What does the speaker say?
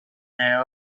their